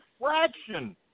fraction